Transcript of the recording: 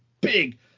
big